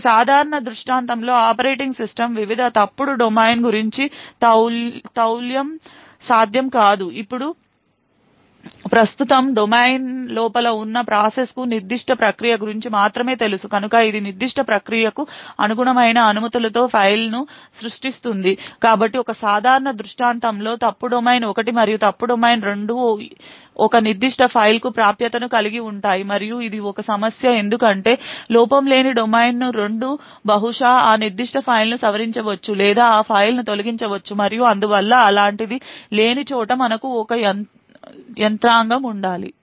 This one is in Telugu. ఒక సాధారణ దృష్టాంతంలో ఆపరేటింగ్ సిస్టమ్ వివిధ తప్పుడు డొమైన్ గురించి తౌల్యం సాధ్యం కాదు ఇప్పుడు ప్రస్తుతం డొమైన్ లోపల ఉన్న ప్ప్రాసెస్కు నిర్దిష్ట ప్రక్రియ గురించి మాత్రమే తెలుసు కనుక ఇది నిర్దిష్ట ప్రక్రియకు అనుగుణమైన అనుమతులతో ఫైల్ను సృష్టిస్తుంది కాబట్టి ఒక సాధారణ దృష్టాంతంలో ఫాల్ట్ డొమైన్ 1 మరియు ఫాల్ట్ డొమైన్ 2 రెండూ ఒక నిర్దిష్ట ఫైల్కు ప్రాప్యతను కలిగి ఉంటాయి మరియు ఇది ఒక సమస్య ఎందుకంటే లోపం లేని డొమైన్ 2 బహుశా ఆ నిర్దిష్ట ఫైల్ను సవరించవచ్చు లేదా ఆ ఫైల్ను తొలగించగలదు మరియు అందువల్ల అలాంటిది లేని చోట మనకు ఒక యంత్రాంగం ఉండాలి